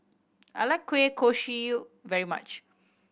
I like kueh kosui very much